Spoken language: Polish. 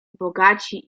bogaci